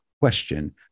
question